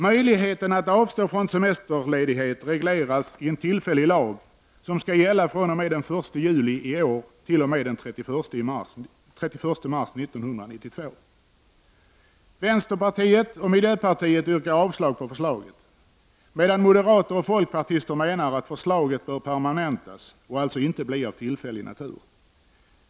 Möjligheten att avstå från semesterledighet regleras i en tillfällig lag som skall gälla fr.o.m. den 1 juli 1990 t.o.m. den 31 mars 1992. Vänsterpartiet och miljöpartiet yrkar avslag på förslaget medan moderater och folkpartister menar att förslaget bör permanentas och alltså inte bli av tillfällig natur.